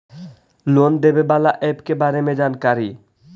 Loan देने बाला app के बारे मे जानकारी?